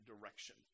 direction